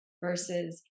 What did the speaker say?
versus